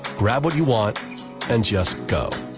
grab what you want and just go?